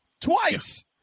twice